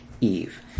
Eve